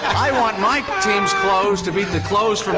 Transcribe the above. i want my team's clothes to beat the clothes